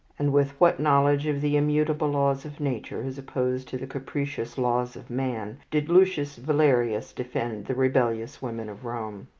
and with what knowledge of the immutable laws of nature, as opposed to the capricious laws of man, did lucius valerius defend the rebellious women of rome!